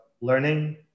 learning